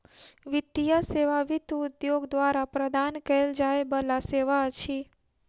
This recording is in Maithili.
वित्तीय सेवा वित्त उद्योग द्वारा प्रदान कयल जाय बला सेवा अछि